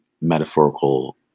metaphorical